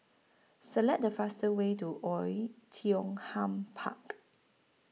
Select The fastest Way to Oei Tiong Ham Park